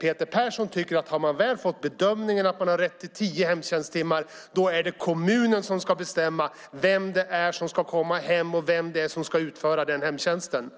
Peter Persson tycker att om man väl har bedömts ha rätt till tio hemtjänsttimmar är det kommunen som ska bestämma vem som ska komma hem till den äldre och vem det är som ska utföra hemtjänsten.